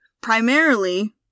Primarily